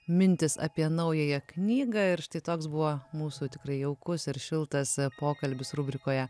mintys apie naująją knygą ir štai toks buvo mūsų tikrai jaukus ir šiltas pokalbis rubrikoje